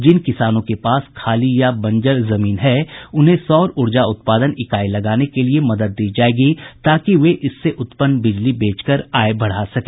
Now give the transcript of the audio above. जिन किसानों के पास खाली या बंजर जमीन है उन्हें सौर ऊर्जा उत्पादन इकाई लगाने के लिए मदद दी जायेगी ताकि वे इससे उत्पन्न बिजली बेच कर आय बढ़ा सके